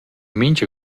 mincha